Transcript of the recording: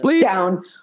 down